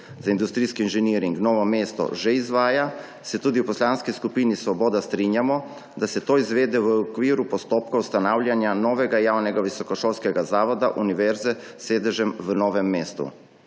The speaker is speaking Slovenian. za industrijski inženiring Novo mesto, že izvaja, se tudi v Poslanski skupini Svoboda strinjamo, da se to izvede v okviru postopka ustanavljanja novega javnega visokošolskega zavoda univerze s sedežem v Novem mestu.